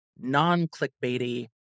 non-clickbaity